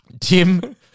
Tim